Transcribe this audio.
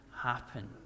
happen